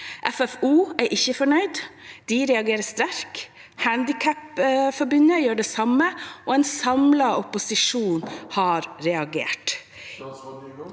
FFO, er ikke fornøyd. De reagerer sterkt. Norges Handikapforbund gjør det samme, og en samlet opposisjon har reagert.